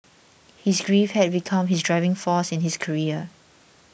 his grief had become his driving force in his career